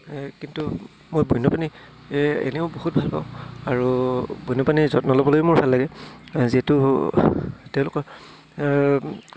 কিন্তু মই বন্যপ্ৰাণী এনেও বহুত ভালপাওঁ আৰু বন্যপ্ৰাণীৰ যত্ন ল'বলৈ মোৰ ভাল লাগে যিহেতু তেওঁলোকৰ